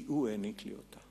כי הוא העניק לי אותה.